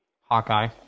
Hawkeye